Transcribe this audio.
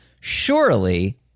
Surely